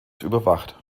überwacht